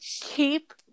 Keep